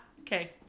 Okay